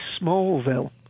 Smallville